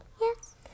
Yes